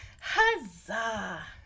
Huzzah